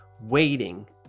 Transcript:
Waiting